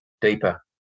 deeper